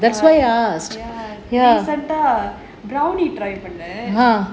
ya brownie try பண்ணினேன்:panninaen